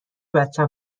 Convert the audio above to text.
بچم